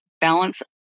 balance